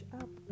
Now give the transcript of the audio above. up